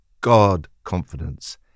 God-confidence